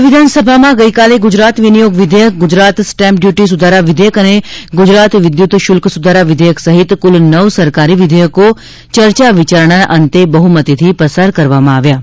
રાજ્ય વિધાનસભામાં ગઇકાલે ગુજરાત વિનિયોગ વિધેયક ગુજરાત સ્ટેમ્પ ડ્યુટી સુધારા વિધેયક અને ગુજરાત વિદ્યુત શુલ્ક સુધારા વિધેયક સહિત કુલ નવ સરકારી વિધેયકો ચર્ચા વિચારણાના અંતે બહુમતીથી પસાર કરવામાં આવ્યા છે